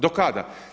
Do kada?